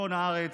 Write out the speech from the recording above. בצפון הארץ,